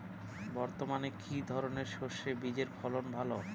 বর্তমানে কি ধরনের সরষে বীজের ফলন ভালো?